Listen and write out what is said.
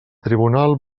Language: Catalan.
tribunal